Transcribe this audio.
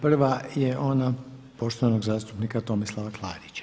Prava je ona poštovanog zastupnika Tomislava Klarića.